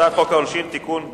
הצעת חוק העונשין (תיקון מס'